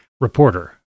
reporter